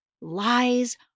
Lies